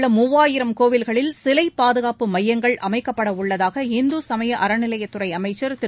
உள்ள மூவாயிரம் கோயில்களில் சிலை பாதுகாப்பு மையங்கள் தமிழகத்தில் அமைக்கப்படவுள்ளதாக இந்து சமய அறநிலையத்துறை அமைச்சர் திரு